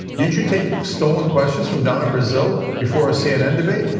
didn't you take stolen questions from donna brazil before a cnn debate?